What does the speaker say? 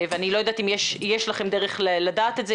אני לא יודעת אם יש לכם דרך לדעת את זה,